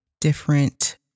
different